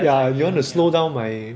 ya you want to slow down my